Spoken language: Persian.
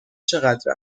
چقدر